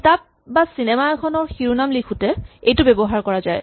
কিতাপ বা চিনেমা এখনৰ শিৰোনাম লিখোতে এইটো ব্যৱহাৰ কৰা যায়